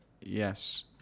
Yes